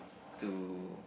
to